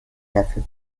dafür